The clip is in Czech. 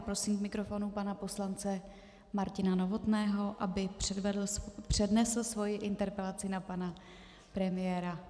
Prosím k mikrofonu pana poslance Martina Novotného, aby přednesl svou interpelaci na pana premiéra.